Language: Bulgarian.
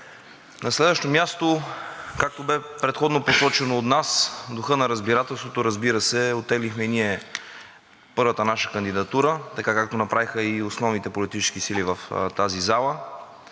На следващо място, както бе предходно посочено от нас – в духа на разбирателството, разбира се, оттеглихме и ние първата наша кандидатура така, както направиха и основните политически сили в тази зала.